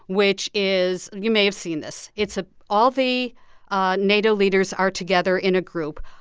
which is you may have seen this. it's ah all the ah nato leaders are together in a group.